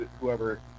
whoever